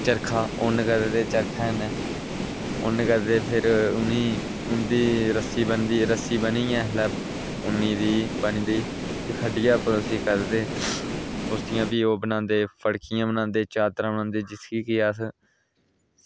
चर्खा ऊन कतदे चर्खे कन्नै ऊन कतदे ते फिर उनेंगी ते उंदी रस्सी बनदी ते रस्सी बनियै ऊनै दी बनी जंदी ते भी खड्डियै पर उसी कढदे ते उसदी भी फड्डियां बनांदे चादरां बनांदे ते उसी अस